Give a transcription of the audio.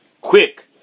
Quick